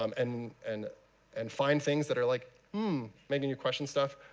um and and and find things that are like making you question stuff,